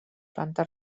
planta